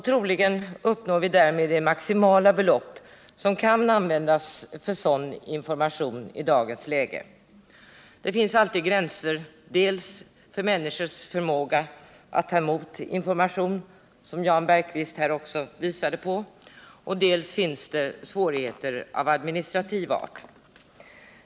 Troligen uppnås därmed det maximala belopp som i dagens läge kan användas för sådan information, eftersom det dels finns gränser för människors förmåga att ta emot information, som Jan Bergqvist också pekade på, dels uppstår svårigheter av administrativ art.